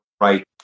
right